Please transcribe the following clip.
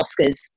Oscars